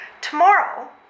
Tomorrow